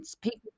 people